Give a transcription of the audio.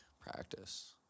practice